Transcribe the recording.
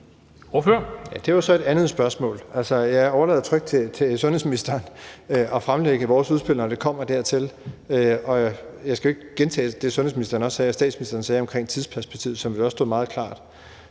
Det var jo så et andet spørgsmål. Altså, jeg overlader trygt til sundhedsministeren at fremlægge vores udspil, når det kommer dertil, og jeg skal jo ikke gentage det, sundhedsministeren og statsministeren sagde om tidsperspektivet, som også stod meget klart.